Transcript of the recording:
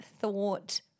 thought –